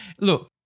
Look